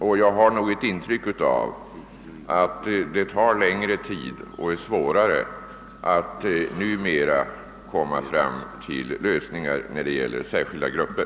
Och jag har ett intryck av att det tar längre tid och är svårare att numera nå fram till lösningar när det gäller särskilda grupper.